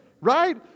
right